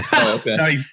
Okay